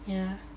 yeah